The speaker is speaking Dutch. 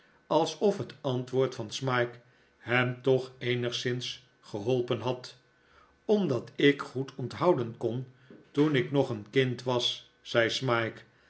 alsof het antwoord van smike hem toch eenigszins geholpen had omdat ik goed onthouden kon toen ik nog een kind was zei smike